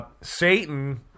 Satan